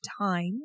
time